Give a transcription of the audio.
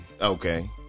Okay